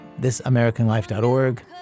thisamericanlife.org